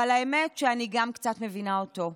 אבל האמת שאני גם קצת מבינה אותו.